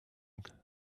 nothing